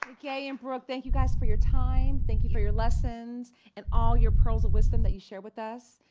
gay and brooke, thank you guys for your time. thank you for your lessons and all your pearls of wisdom that you shared with us.